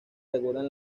regulan